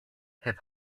hip